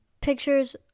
pictures